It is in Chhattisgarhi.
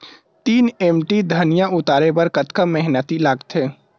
तीन एम.टी धनिया उतारे बर कतका मेहनती लागथे?